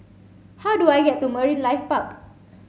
how do I get to Marine Life Park